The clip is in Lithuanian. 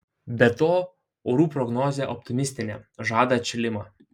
be to orų prognozė optimistinė žada atšilimą